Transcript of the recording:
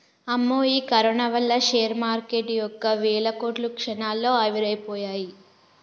అమ్మో ఈ కరోనా వల్ల షేర్ మార్కెటు యొక్క వేల కోట్లు క్షణాల్లో ఆవిరైపోయాయి